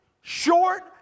short